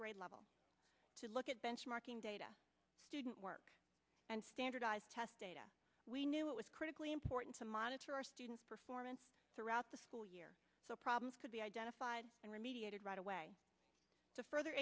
grade level to look at benchmarking data student work and standardized test data we knew it was critically important to monitor our students performance throughout the school year so problems could be identified and remediated right away the further